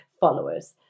followers